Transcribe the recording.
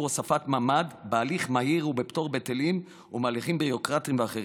הוספת ממ"ד בהליך מהיר ובפטור מהיטלים ומהליכים ביורוקרטיים ואחרים.